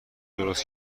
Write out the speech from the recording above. درست